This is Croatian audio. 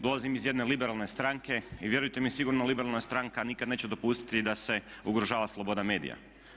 Dolazim iz jedne liberalne stranke i vjerujte mi sigurno liberalna stranka nikad neće dopustiti da se ugrožava sloboda medija.